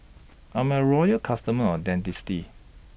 I'm A Loyal customer of Dentiste